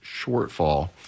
shortfall